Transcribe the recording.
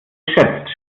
geschätzt